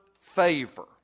favor